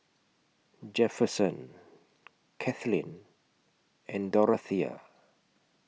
Jefferson Kathlene and Dorathea